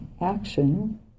action